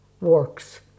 works